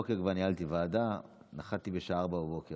ב-09:00 כבר ניהלתי ועדה, נחתי ב-04:00.